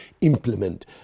implement